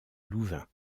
louvain